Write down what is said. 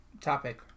topic